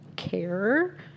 Care